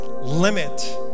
limit